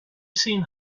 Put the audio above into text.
seen